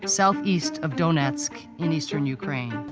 southeast of donetsk, in eastern ukraine.